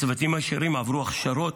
הצוותים הישירים עברו הכשרות,